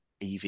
ev